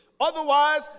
Otherwise